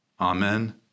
Amen